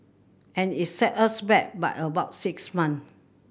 and it set us back by about six month